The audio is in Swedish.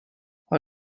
har